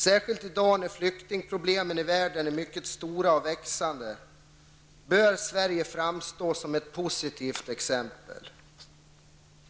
Särskilt i dag, när flyktingproblemen i världen är mycket stora och växande, bör Sverige framstå som ett positivt exempel.